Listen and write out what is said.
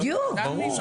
ברור.